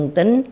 Tính